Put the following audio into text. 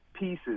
pieces